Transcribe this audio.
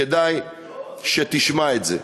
כדאי שתשמע את זה.